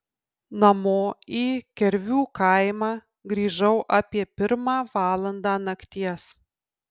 namo į kervių kaimą grįžau apie pirmą valandą nakties